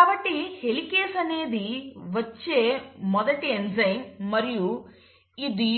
కాబట్టి హెలికేస్ అనేది వచ్చే మొదటి ఎంజైమ్ మరియు ఇది